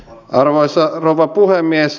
arvoisa rouva puhemies